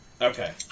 Okay